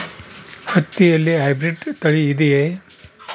ಹತ್ತಿಯಲ್ಲಿ ಹೈಬ್ರಿಡ್ ತಳಿ ಇದೆಯೇ?